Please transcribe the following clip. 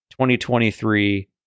2023